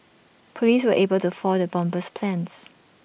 Police were able to foil the bomber's plans